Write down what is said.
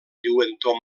lluentor